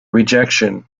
rejection